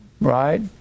Right